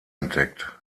entdeckt